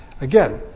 Again